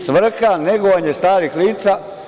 Svrha – negovanje starih lica.